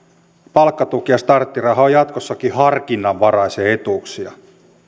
palkkatuki ja starttiraha ovat jatkossakin harkinnanvaraisia etuuksia